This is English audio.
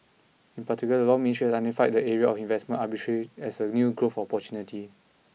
in particular the Law Ministry has identified the area of investment arbitration as a new growth opportunity